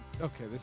okay